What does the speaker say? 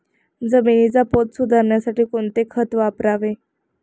जमिनीचा पोत सुधारण्यासाठी कोणते खत वापरावे?